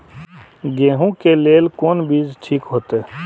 गेहूं के लेल कोन बीज ठीक होते?